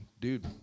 dude